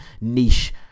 niche